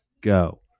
go